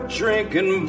drinking